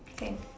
same